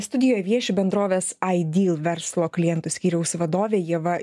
studijoje vieši bendrovės ideal verslo klientų skyriaus vadovė ieva